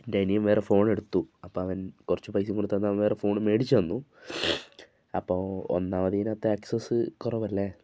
എൻ്റെ അനിയൻ വേറെ ഫോണെടുത്തു അപ്പം അവൻ കുറച്ച് പൈസയും കൊടുത്ത് അവൻ വേറെ ഫോൺ മേടിച്ചു തന്നു അപ്പോൾ ഒന്നാമതിനകത്ത് ആക്സസ് കുറവല്ലേ